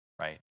right